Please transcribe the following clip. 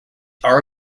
are